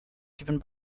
given